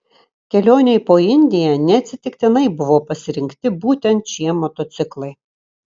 kelionei po indiją neatsitiktinai buvo pasirinkti būtent šie motociklai